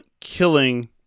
killing